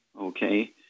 okay